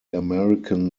american